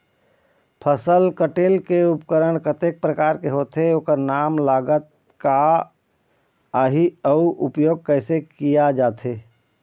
फसल कटेल के उपकरण कतेक प्रकार के होथे ओकर नाम लागत का आही अउ उपयोग कैसे किया जाथे?